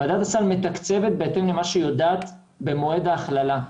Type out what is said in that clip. ועדת הסל מתקצבת בהתאם למה שהיא יודעת במועד ההכללה.